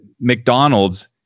McDonald's